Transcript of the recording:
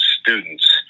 students